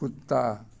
कुत्ता